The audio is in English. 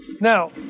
Now